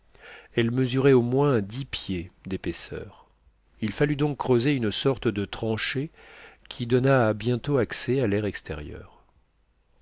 elle mesurait au moins dix pieds d'épaisseur il fallut donc creuser une sorte de tranchée qui donna bientôt accès à l'air extérieur